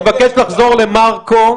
אני מבקש לחזור למרקו.